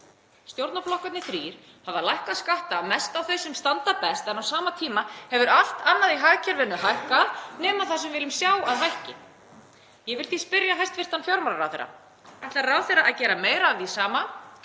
Stjórnarflokkarnir þrír hafa lækkað skatta mest á þeim sem standa best en á sama tíma hefur allt annað í hagkerfinu hækkað nema það sem við viljum sjá að hækki. Ég vil því spyrja hæstv. fjármálaráðherra: Ætlar ráðherra að gera meira af því sama;